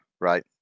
Right